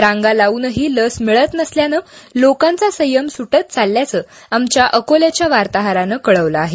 रांगा लावूनही लस मिळत नसल्यानं लोकांचा संयम सुटत चालल्याचं आमच्या अकोल्याच्या वार्ताहरानं कळवलं आहे